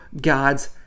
God's